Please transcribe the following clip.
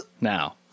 now